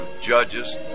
judges